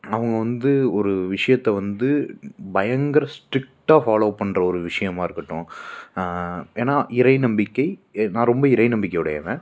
அவங்க வந்து ஒரு விஷியத்த வந்து பயங்கர ஸ்ட்ரிக்டா ஃபாலோ பண்ற ஒரு விஷியமா இருக்கட்டும் ஏன்னா இறை நம்பிக்கை ஏ நான் ரொம்ப இறை நம்பிக்கை உடையவன்